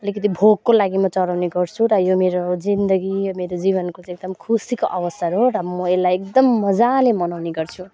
अलिकति भोकको लागि म चढाउने गर्छु र यो मेरो जिन्दगी यो मेरो जीवनको चाहिँ एकदम खुसीको अवसर हो र म यसलाई एकदम मजाले मनाउने गर्छु